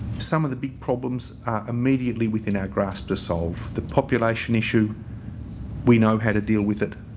some of the big problems are immediately within our grasp to solve. the population issue we know how to deal with it.